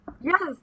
Yes